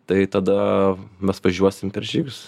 tai tada mes važiuosim per žygius